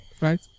right